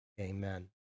Amen